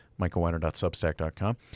michaelweiner.substack.com